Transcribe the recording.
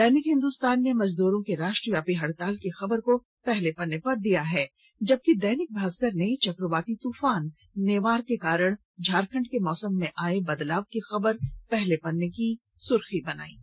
दैनिक हिंदुस्तान ने मजदूरों की राष्ट्रव्यापी हड़ताल की खबर को पहले पन्ने पर स्थान दिया है जबकि दैनिक भास्कर ने चक्रवाती तूफान नेवार के कारण झारखंड के मौसम में आये बदलाव की खबर को पहले पन्ने पर जगह दी है